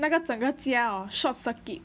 那个整个家 hor short circuit